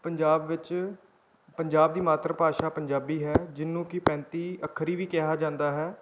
ਪੰਜਾਬ ਵਿੱਚ ਪੰਜਾਬ ਦੀ ਮਾਤਰ ਭਾਸ਼ਾ ਪੰਜਾਬੀ ਹੈ ਜਿਹਨੂੰ ਕਿ ਪੈਂਤੀ ਅੱਖਰੀ ਵੀ ਕਿਹਾ ਜਾਂਦਾ ਹੈ